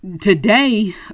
today